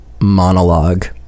monologue